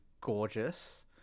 gorgeous